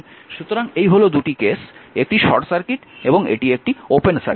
সুতরাং এই হল দুটি কেস একটি শর্ট সার্কিট এবং এই এটি একটি ওপেন সার্কিট